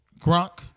Gronk